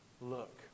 look